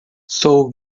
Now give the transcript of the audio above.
sou